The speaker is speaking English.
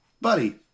buddy